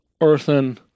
earthen